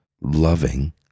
loving